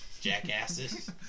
jackasses